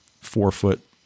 four-foot